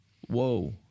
Whoa